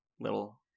little